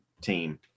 team